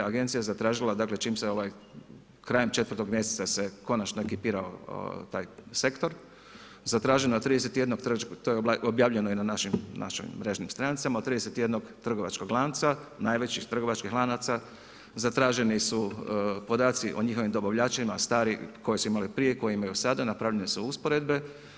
Agencija je zatražila, dakle čim se ovaj, krajem 4. mjeseca se konačno ekipirao taj sektor, zatraženo je od 31 trgovačkog, to je objavljeno i na našim mrežnim stranicama, od 31. trgovačkog lanca, najvećih trgovačkih lanaca zatraženi su podaci o njihovim dobavljačima starijih, koji su imali prije, koje imaju sada, napravljene su usporedbe.